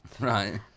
right